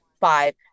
five